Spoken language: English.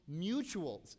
mutuals